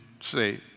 Say